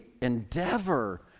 endeavor